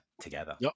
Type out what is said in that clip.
together